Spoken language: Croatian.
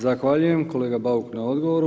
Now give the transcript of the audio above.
Zahvaljujem kolega Bauk, na odgovoru.